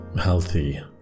healthy